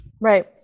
Right